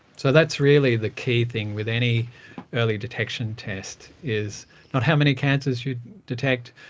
so that's really the key thing with any early detection test, is not how many cancers you detect,